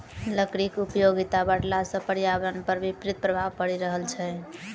लकड़ीक उपयोगिता बढ़ला सॅ पर्यावरण पर विपरीत प्रभाव पड़ि रहल छै